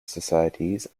societies